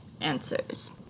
answers